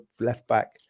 left-back